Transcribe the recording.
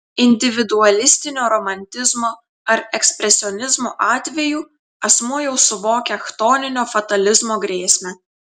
individualistinio romantizmo ar ekspresionizmo atveju asmuo jau suvokia chtoninio fatalizmo grėsmę